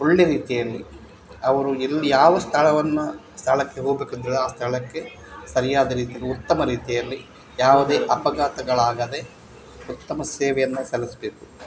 ಒಳ್ಳೆಯ ರೀತಿಯಲ್ಲಿ ಅವರು ಎಲ್ಲಿ ಯಾವ ಸ್ಥಳವನ್ನು ಸ್ಥಳಕ್ಕೆ ಹೋಗ್ಬೇಕಂತ ಹೇಳಿ ಆ ಸ್ಥಳಕ್ಕೆ ಸರಿಯಾದ ರೀತಿಯಲ್ಲಿ ಉತ್ತಮ ರೀತಿಯಲ್ಲಿ ಯಾವುದೇ ಅಪಘಾತಗಳಾಗದೆ ಉತ್ತಮ ಸೇವೆಯನ್ನು ಸಲ್ಲಿಸ್ಬೇಕು